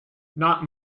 not